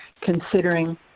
considering